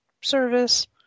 service